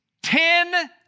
Ten